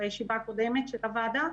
בישיבה הקודמת של הוועדה,